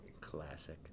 classic